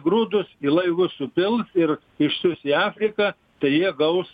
grūdus į laivus supils ir išsiųs į afriką tai jie gaus